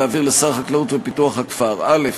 להעביר לשר החקלאות ופיתוח הכפר: א.